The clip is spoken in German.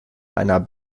einer